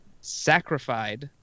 sacrificed